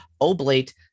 oblate